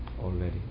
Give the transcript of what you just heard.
already